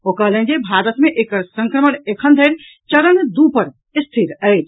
ओ कहलनि जे भारत मे एकर संक्रमण एखन धरि चरण दू पर स्थिर अछि